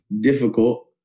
difficult